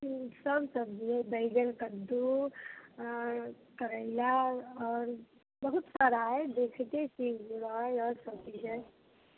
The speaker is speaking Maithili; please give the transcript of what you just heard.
सब सब्जी यऽ बैंगन कद्दू करेला आओर बहुत सारा यऽ देखिके कीन लेब आओर सब्जी यऽ